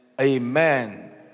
Amen